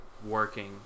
Working